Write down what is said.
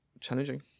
challenging